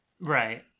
Right